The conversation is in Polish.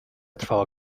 trwała